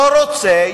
לא רוצה,